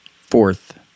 Fourth